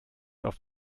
auf